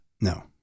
No